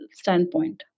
standpoint